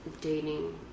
dating